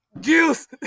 juice